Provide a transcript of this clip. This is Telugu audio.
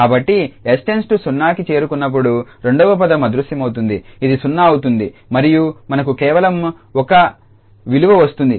కాబట్టి 𝑠 → 0కి చేరుకున్నప్పుడు రెండవ పదం అదృశ్యమవుతుంది అది 0 అవుతుంది మరియు మనకు కేవలం 1 విలువ వస్తుంది